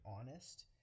honest